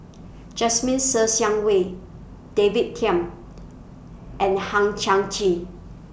Jasmine Ser Xiang Wei David Tham and Hang Chang Chieh